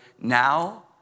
now